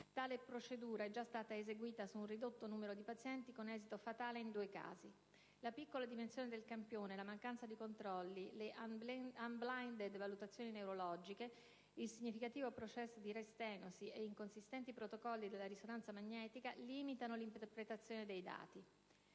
tale procedura è stata già eseguita su un ridotto numero di pazienti con esito fatale in due casi; la piccola dimensione del campione, la mancanza di controlli, le *unblinded*-valutazioni neurologiche, il significativo processo di re-stenosi e inconsistenti protocolli della risonanza magnetica limitano l'interpretazione dei dati;